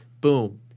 Boom